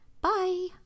Bye